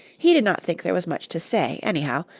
he did not think there was much to say, anyhow,